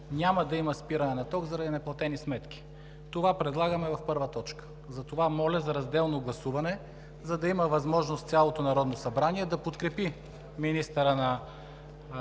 няма да има спиране на тока заради неплатени сметки. Това предлагаме в първа точка. Затова моля за разделно гласуване, за да има възможност цялото Народно събрание да подкрепи министъра на